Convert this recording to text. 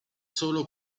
solo